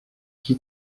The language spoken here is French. qui